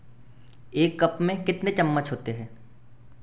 एक कप में कितने चम्मच होते हैं